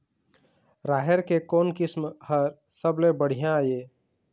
राहेर के कोन किस्म हर सबले बढ़िया ये?